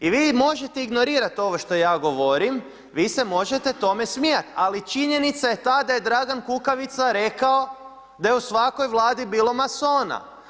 I vi možete ignorirati ovo što ja govorim, vi se možete tome smijati, ali činjenica je ta da je Dragan Kukavica rekao da je u svakoj Vladi bilo masona.